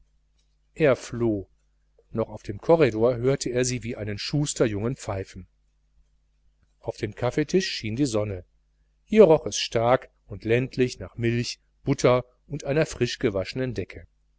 er floh noch auf dem korridor hörte er sie wie einen schusterjungen pfeifen auf den kaffeetisch schien die sonne hier roch es stark und ländlich nach milch butter und einer frischgewaschenen decke